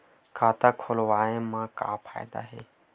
खाता खोलवाए मा का फायदा हे